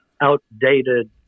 outdated